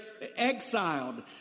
exiled